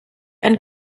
ein